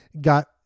got